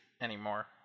anymore